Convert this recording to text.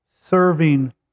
serving